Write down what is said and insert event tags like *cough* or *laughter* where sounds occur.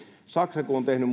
saksa kun on tehnyt *unintelligible*